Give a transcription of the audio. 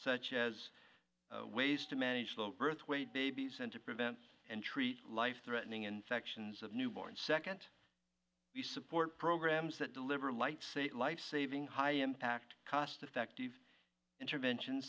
such as ways to manage the birth weight babies and to prevent and treat life threatening infections of newborn second support programs that deliver lights a life saving high impact cost effective intervention